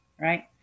right